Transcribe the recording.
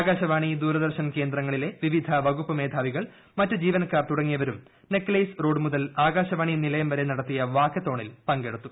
ആകാശവാണി ദൂരദർശൻ കേന്ദ്രങ്ങളിലെ വിവിധ വകുപ്പ് മേധാവികൾ മറ്റ് ജീവനക്കാർ തുടങ്ങിയവരും നെക്ലേസ് റോഡ് മുതൽ ആകാശവാണി നിലയംവരെ നടത്തിയ വാക്കത്തോണിൽ പങ്കെടുത്തു